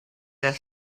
their